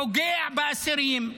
פוגע באסירים.